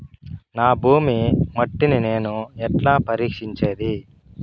నా భూమి మట్టిని నేను ఎట్లా పరీక్షించేది?